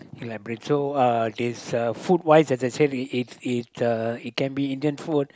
like bread so uh this uh food wise as I said it it uh it can be Indian food